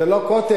זה לא "קוטג'",